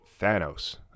Thanos